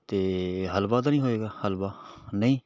ਅਤੇ ਹਲਵਾ ਤਾਂ ਨਹੀਂ ਹੋਏਗਾ ਹਲਵਾ ਨਹੀਂ